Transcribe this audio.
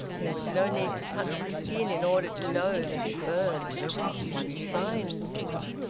there was no need to touch the skin in order to know that it burned one divined this.